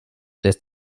lässt